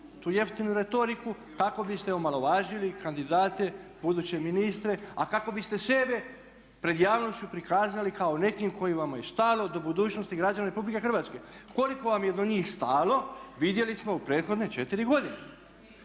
tu jeftinu retoriku kako biste omalovažili kandidate, buduće ministre a kako biste sebe pred javnošću prikazali kao neke kojima je stalo do budućnosti građana RH. Koliko vam je do njih stalo vidjeli smo u prethodne 4 godine.